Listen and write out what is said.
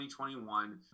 2021